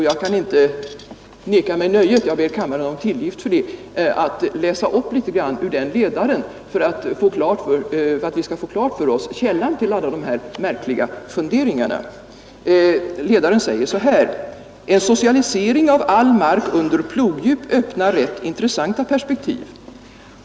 Jag kan inte neka mig nöjet — jag ber kammaren om tillgift för det — att läsa upp litet ur den ledaren för att vi skall få ta del av alla de märkliga funderingarna. Några stycken lyder så här: ”En socialisering av all mark under plogdjup öppnar rätt intressanta perspektiv.